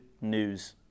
news